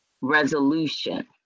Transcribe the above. resolution